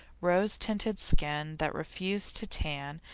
rose-tinted skin that refused to tan,